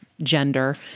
gender